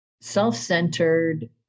self-centered